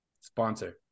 sponsor